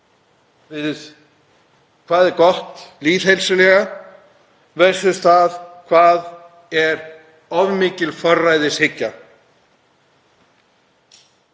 Hvað er gott lýðheilsulega versus það hvað er of mikil forræðishyggja.